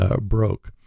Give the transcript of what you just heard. broke